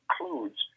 includes